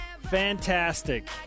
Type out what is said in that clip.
Fantastic